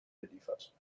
beliefert